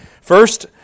First